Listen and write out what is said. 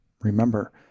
remember